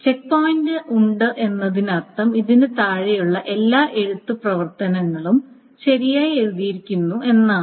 check point ഉണ്ട് എന്നതിനർത്ഥം ഇതിന് താഴെയുള്ള എല്ലാ എഴുത്ത് പ്രവർത്തനങ്ങളും ശരിയായി എഴുതിയിരിക്കുന്നു എന്നാണ്